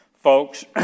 Folks